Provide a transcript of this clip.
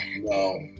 No